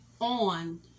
on